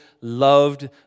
loved